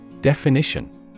Definition